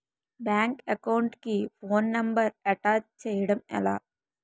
Bank account కి phone number attach చేయడం ఎలా?